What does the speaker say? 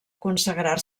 consagrar